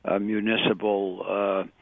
municipal